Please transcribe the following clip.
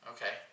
Okay